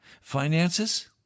Finances